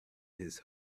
his